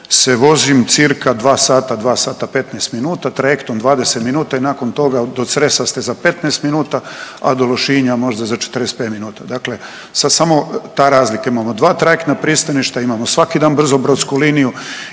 se vozim cca dva sata, 2,15 minuta, trajektom 20 minuta i nakon toga do Cresa ste za 15 minuta, a do Lošinja možda za 45 minuta. Dakle, sad samo ta razlika imamo dva trajektna pristaništa, imamo svaki dan brzobrodsku liniju,